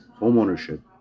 homeownership